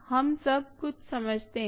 हम सब कुछ समझते हैं